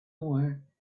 more